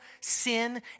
sin